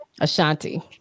Ashanti